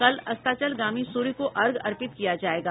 कल अस्ताचलगामी सूर्य को अर्घ्य अर्पित किया जायेगा